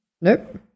Nope